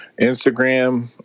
Instagram